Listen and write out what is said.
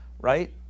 right